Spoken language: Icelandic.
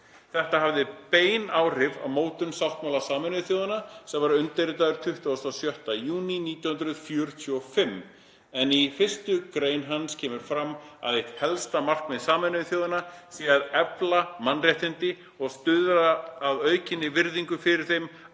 Þetta hafði bein áhrif á mótun sáttmála Sameinuðu þjóðanna sem var undirritaður 26. júní 1945, en í 1. gr. hans kemur fram að eitt helsta markmið Sameinuðu þjóðanna sé að efla mannréttindi og stuðla að aukinni virðingu fyrir þeim